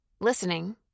Listening